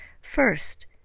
first